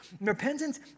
Repentance